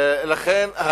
לכן,